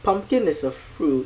pumpkin is a fruit